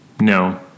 No